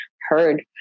heard